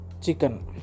chicken